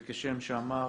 כשם שאמר